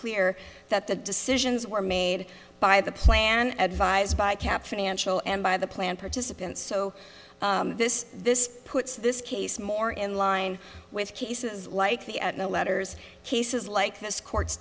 clear that the decisions were made by the plan advised by cap financial and by the plan participants so this this puts this case more in line with cases like the no letters cases like this court